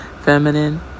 feminine